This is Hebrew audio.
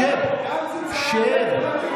שב, שב.